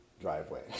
driveway